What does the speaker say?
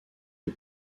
des